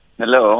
Hello